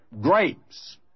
grapes